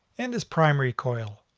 and this primary coil.